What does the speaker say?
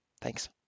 Thanks